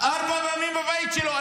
ארבע פעמים בבית שלו.